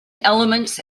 elements